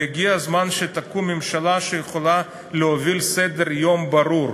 והגיע הזמן שתקום ממשלה שיכולה להוביל סדר-יום ברור,